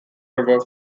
river